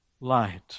light